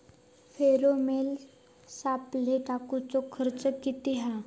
Pheromone सापळे टाकूचो खर्च किती हा?